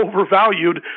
overvalued